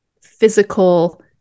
physical